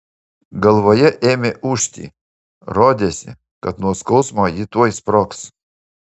galvoje ėmė ūžti rodėsi kad nuo skausmo ji tuoj sprogs